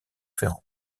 ferrand